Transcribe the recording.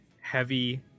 heavy